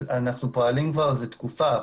אנחנו פועלים כבר תקופה.